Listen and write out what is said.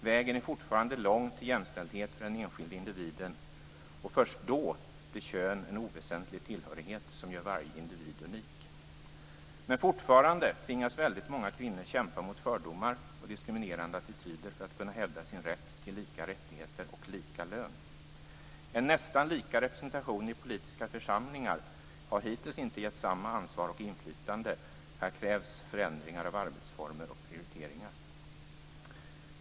Vägen är fortfarande lång till jämställdhet för den enskilde individen, men först då blir kön en oväsentlig tillhörighet, som gör varje individ unik. Men fortfarande tvingas väldigt många kvinnor kämpa mot fördomar och diskriminerande attityder för att kunna hävda sin rätt till lika rättigheter och lika lön. En nästan lika stor representation i politiska församlingar har hittills inte gett samma ansvar och inflytande. Här krävs förändringar av arbetsformer och prioriteringar.